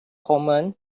common